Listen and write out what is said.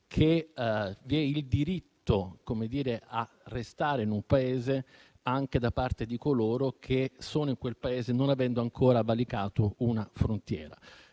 che vi è il diritto a restare in un Paese anche da parte di coloro che vi si trovano, non avendo ancora valicato una frontiera.